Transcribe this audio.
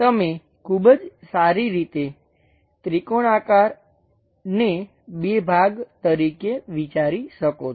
તમે ખૂબ જ સારી રીતે ત્રિકોણાકારને બે ભાગ તરીકે વિચારી શકો છો